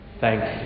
Thanks